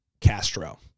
Castro